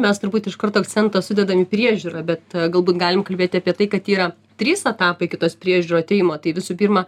mes turbūt iš karto akcentą sudedam į priežiūrą bet galbūt galim kalbėti apie tai kad yra trys etapai iki tos priežiūro atėjimo tai visų pirma